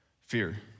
fear